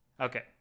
okay